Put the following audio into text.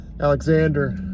Alexander